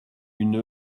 une